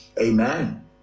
Amen